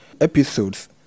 episodes